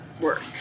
work